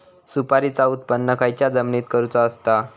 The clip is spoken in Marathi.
सुपारीचा उत्त्पन खयच्या जमिनीत करूचा असता?